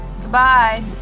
Goodbye